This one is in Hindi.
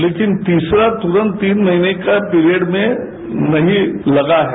लेकिन तीसरातुरन्त तीन महीने का पीरियड में नहीं लगा है